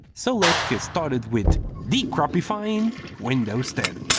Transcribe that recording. so let's get started with decrapifying windows ten!